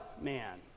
man